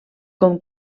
com